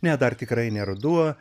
ne dar tikrai ne ruduo